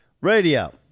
Radio